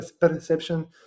perception